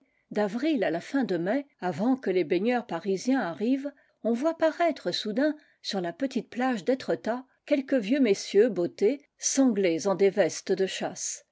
d'avril à la fin de mai avant que les baigneurs parisiens arrivent on voit paraître soudain sur la petite plage d'etretat quelques vieux messieurs bottés sanglés en des vestes de chasse